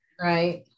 Right